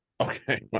okay